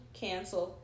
cancel